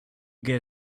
get